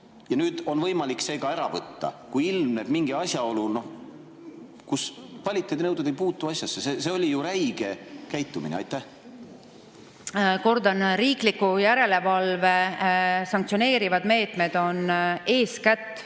ja on võimalik luba ka ära võtta, kui ilmneb mingi [selline] asjaolu. Kvaliteedinõuded ei puutu asjasse. See oli ju räige käitumine. Kordan: riikliku järelevalve sanktsioneerivad meetmed on eeskätt